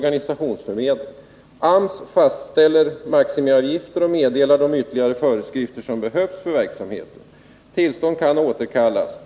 AMS fastställer maximiavgifter och meddelar de ytterligare föreskrifter som behövs för verksamheten . Tillstånd kan återkallas .